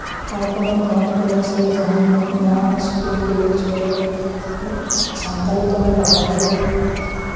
ᱟᱨ ᱠᱳᱱᱳ ᱯᱷᱨᱚᱢ ᱠᱚᱨᱮ ᱥᱮ ᱡᱟᱦᱟᱱ ᱡᱟᱦᱟᱱ ᱤᱥᱠᱩᱞ ᱠᱚᱞᱮᱡᱽ ᱠᱚᱨᱮ ᱥᱟᱱᱛᱟᱲᱤ ᱛᱮᱦᱚᱸ ᱵᱚᱱ ᱯᱟᱲᱦᱟᱣ ᱫᱟᱲᱮᱭᱟᱜᱼᱟ